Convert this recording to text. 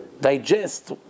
digest